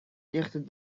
legde